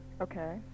Okay